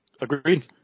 Agreed